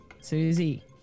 Susie